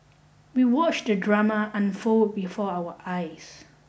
we watched the drama unfold before our eyes